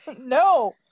no